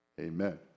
amen